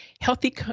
healthy